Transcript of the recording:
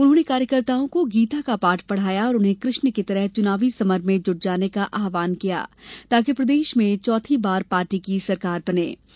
उन्होंने कार्यकर्ताओं को गीता का पाठ पढ़ाया और उन्हें कृष्ण की तरह चुनावी समर में जुट जाने का आहवान किया ताकि प्रदेश में पार्टी चौथी बार सरकार बना सके